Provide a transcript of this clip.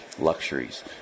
luxuries